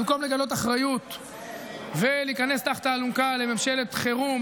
במקום לגלות אחריות ולהיכנס תחת האלונקה לממשלת חירום,